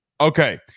Okay